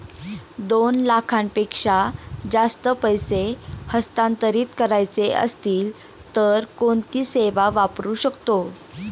दोन लाखांपेक्षा जास्त पैसे हस्तांतरित करायचे असतील तर कोणती सेवा वापरू शकतो?